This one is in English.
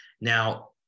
Now